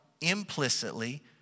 implicitly